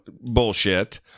bullshit